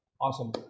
Awesome